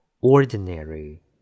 Ordinary